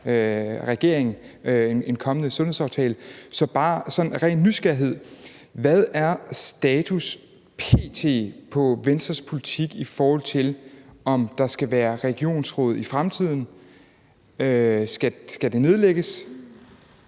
til en kommende sundhedsaftale. Så bare sådan af ren nysgerrighed vil jeg spørge: Hvad er status p.t. på Venstres politik, i forhold til om der skal være regionsråd i fremtiden? Skal det nedlægges